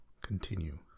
continue